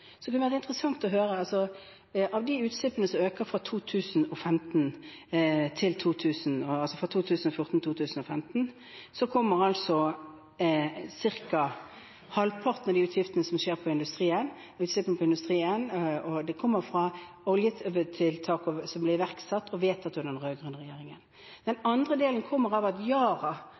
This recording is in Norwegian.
kunne det være interessant å høre: Av de utslippene som økte fra 2014 til 2015, skyldtes ca. halvparten av de utslippene som skjer i industrien, tiltak innen olje- og gassektoren som ble vedtatt og iverksatt under den rød-grønne regjeringen. Den andre delen kommer av at Yara